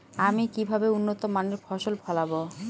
আমি কিভাবে উন্নত মানের ফসল ফলাব?